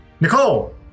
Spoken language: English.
Nicole